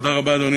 תודה רבה, אדוני.